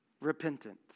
repentance